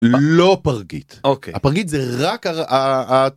לא פרגית אוקיי הפרגית זה רק.